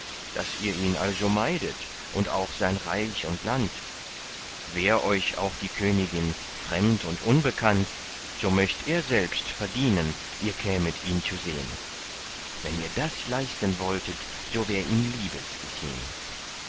daß ihr ihn also meidet und auch sein reich und land wär euch auch die königin fremd und unbekannt so möcht er selbst verdienen ihr kämet ihn zu sehn wenn ihr das leisten wolltet so wär ihm liebes geschehn